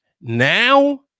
now